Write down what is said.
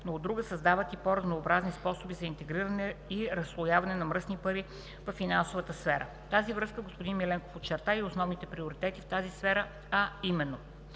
но, от друга – създават и по-разнообразни способи за интегриране и разслояване на мръсни пари във финансовата сфера. В тази връзка господин Миленков очерта и основните приоритети в тази сфера, а именно: